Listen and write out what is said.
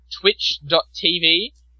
twitch.tv